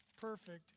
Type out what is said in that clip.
Perfect